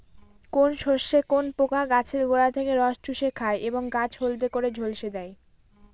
কোন শস্যে কোন পোকা গাছের গোড়া থেকে রস চুষে খায় এবং গাছ হলদে করে ঝলসে দেয়?